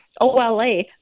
OLA